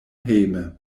hejme